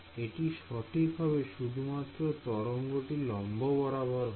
এটি সঠিক হবে শুধুমাত্র তরঙ্গটি লম্ব বরাবর হলে